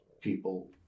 people